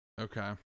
Okay